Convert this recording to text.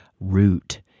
root